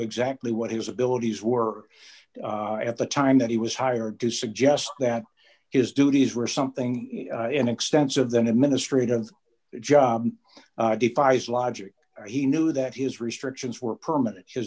exactly what his abilities were at the time that he was hired to suggest that his duties were something in an extensive than administrative job defies logic he knew that his restrictions were permanent his